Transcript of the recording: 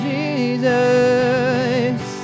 Jesus